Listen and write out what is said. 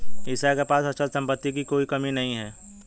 ईशा के पास अचल संपत्ति की कोई कमी नहीं है